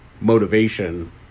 motivation